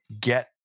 get